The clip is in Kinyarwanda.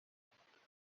gakeya